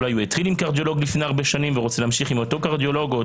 או שהתחיל עם קרדיולוג לפני הרבה שנים ורוצה להמשיך אצל אותו רופא.